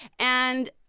and,